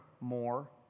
more